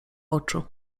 oczu